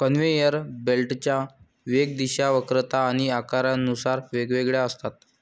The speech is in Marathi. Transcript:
कन्व्हेयर बेल्टच्या वेग, दिशा, वक्रता आणि आकारानुसार वेगवेगळ्या असतात